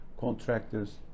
contractors